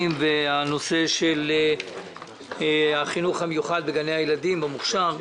ובנושא של החינוך המיוחד בגני הילדים של המוכש"ר.